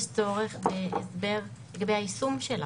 יש צורך בהסבר לגבי היישום שלה.